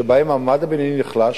שבהן המעמד הבינוני נחלש,